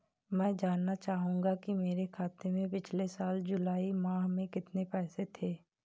मैं जानना चाहूंगा कि मेरे खाते में पिछले साल जुलाई माह में कितने पैसे थे?